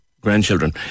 grandchildren